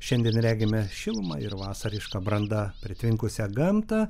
šiandien regime šilumą ir vasariška branda pritvinkusią gamtą